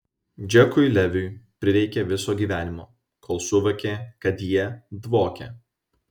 džekui leviui prireikė viso gyvenimo kol suvokė kad jie dvokia